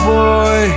boy